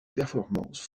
performances